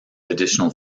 additional